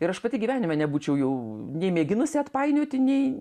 ir aš pati gyvenime nebūčiau jau nei mėginusi atpainioti nei